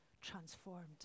transformed